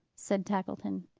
said tackleton.